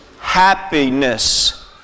happiness